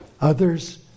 Others